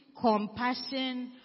compassion